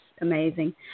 amazing